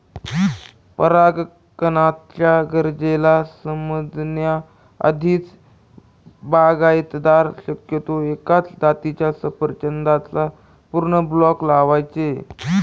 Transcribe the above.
परागकणाच्या गरजेला समजण्या आधीच, बागायतदार शक्यतो एकाच जातीच्या सफरचंदाचा पूर्ण ब्लॉक लावायचे